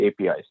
APIs